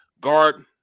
guard